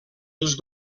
els